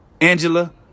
Angela